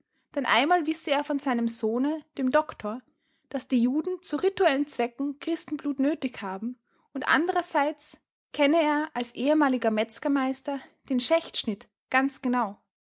denn einmal wisse er von seinem sohne dem doktor daß die juden zu rituellen zwecken christenblut nötig haben und andererseits kenne er als ehemaliger metzgermeister den schächtschnitt ganz genau